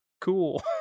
cool